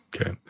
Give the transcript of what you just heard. Okay